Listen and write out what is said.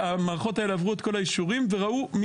עד עכשיו המערכות האלה עברו את כל האישורים.